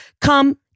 come